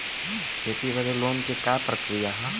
खेती बदे लोन के का प्रक्रिया ह?